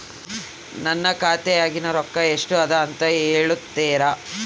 ನನ್ನ ಖಾತೆಯಾಗಿನ ರೊಕ್ಕ ಎಷ್ಟು ಅದಾ ಅಂತಾ ಹೇಳುತ್ತೇರಾ?